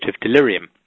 delirium